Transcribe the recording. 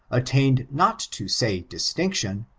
attained not to say distinction,